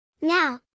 Now